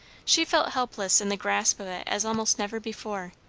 she felt helpless in the grasp of it as almost never before.